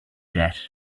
that